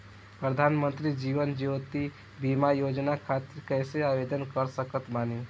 प्रधानमंत्री जीवन ज्योति बीमा योजना खातिर कैसे आवेदन कर सकत बानी?